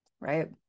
right